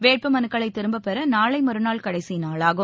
வேட்புமனுக்களை திரும்பப்பெற நாளை மறுநாள் கடைசி நாளாகும்